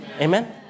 Amen